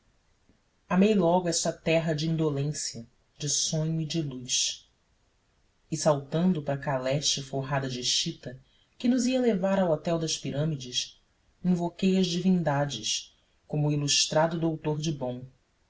amei logo esta terra de indolência de sonho e de luz e saltando para a caleche forrada de chita que nos ia levar ao hotel das pirâmides invoquei as divindades como o ilustrado doutor de bonn